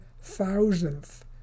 thousandth